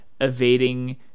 evading